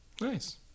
Nice